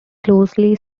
closely